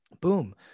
boom